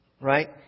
right